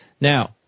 Now